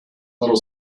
little